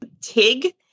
TIG